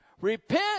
Repent